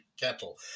kettle